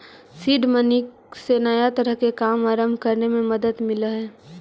seed money से नया तरह के काम आरंभ करे में मदद मिलऽ हई